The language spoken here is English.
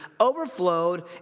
overflowed